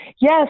Yes